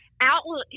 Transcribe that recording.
Outlook